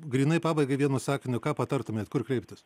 grynai pabaigai vienu sakiniu ką patartumėt kur kreiptis